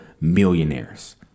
millionaires